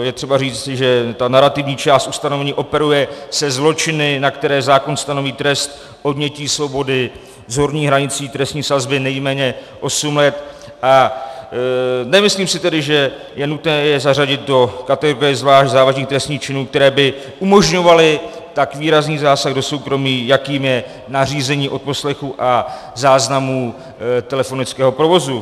Je třeba říct, že ta narativní část ustanovení operuje se zločiny, na které zákon stanoví trest odnětí svobody s horní hranicí trestní sazby nejméně osm let, a nemyslím si tedy, že je nutné je zařadit do kategorie zvlášť závažných trestných činů, které by umožňovaly tak výrazný zásah do soukromí, jakým je nařízení odposlechů a záznamů telefonického provozu.